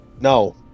No